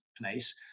place